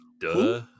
Duh